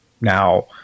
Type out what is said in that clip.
Now